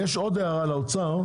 יש עוד הערה לאוצר,